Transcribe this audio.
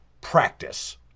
practice